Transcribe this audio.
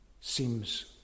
seems